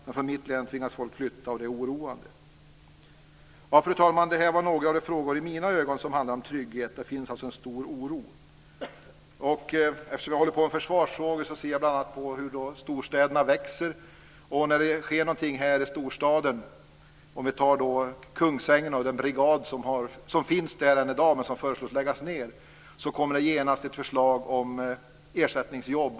Men från mitt hemlän tvingas folk flytta, och det är oroande. Fru talman! Detta var några av de frågor som i mina ögon handlar om trygghet. Det finns alltså en stor oro. Jag håller på med försvarsfrågor, och jag ser hur storstäderna växer. Jag kan ta exemplet med den brigad som i dag finns i Kungsängen men som man föreslår ska läggas ned. När det sker någonting i storstaden kommer det genast ett förslag om ersättningsjobb.